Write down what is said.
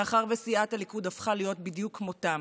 מאחר שסיעת הליכוד הפכה להיות בדיוק כמותם.